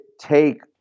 take